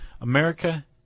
America